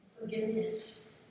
forgiveness